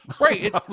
right